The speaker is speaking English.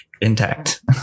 intact